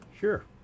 Sure